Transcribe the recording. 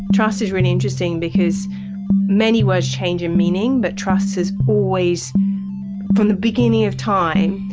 trust is really interesting, because many words change in meaning but trust has always from the beginning of time,